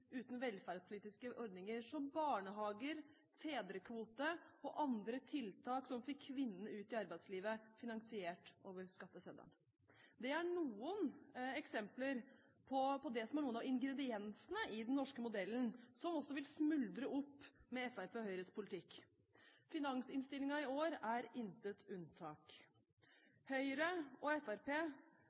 uten velferdspolitiske ordninger som barnehager, fedrekvote og andre tiltak som fikk kvinnene ut i arbeidslivet, finansiert over skatteseddelen. Dette er noen eksempler på det som er noen av ingrediensene i den norske modellen, som også vil smuldre opp med Fremskrittspartiets og Høyres politikk. Finansinnstillingen i år er intet unntak. Høyres og